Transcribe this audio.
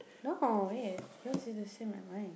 no wait yours is the same like mine